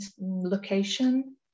location